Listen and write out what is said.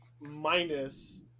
Minus